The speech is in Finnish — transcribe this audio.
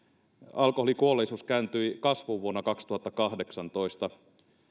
alkoholikuolleisuus kääntyi tilastokeskuksen mukaan kasvuun vuonna kaksituhattakahdeksantoista